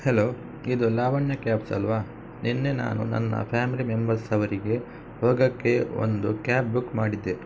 hello ಇದು Lavanya cabs ಅಲ್ಲವಾ ನಿನ್ನೆ ನಾನು ನನ್ನ ಫ್ಯಾಮಿಲಿ ಮೆಂಬರ್ಸ್ ಅವರಿಗೆ ಹೋಗೋಕ್ಕೆ ಒಂದು ಕ್ಯಾಬ್ ಬುಕ್ ಮಾಡಿದ್ದೆ